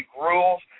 rules